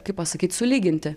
kaip pasakyt sulyginti